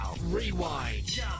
Rewind